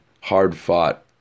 hard-fought